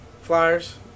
Flyers